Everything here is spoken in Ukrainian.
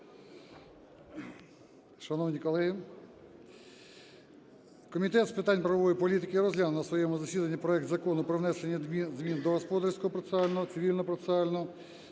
Шановні колеги, Комітет з питань правової політики розглянув на своєму засіданні проект Закону про внесення змін до Господарського процесуального, Цивільного процесуального